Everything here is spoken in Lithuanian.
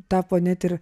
tapo net ir